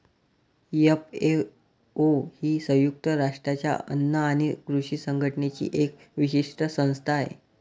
FAO ही संयुक्त राष्ट्रांच्या अन्न आणि कृषी संघटनेची एक विशेष संस्था आहे